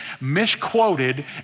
misquoted